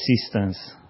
assistance